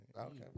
Okay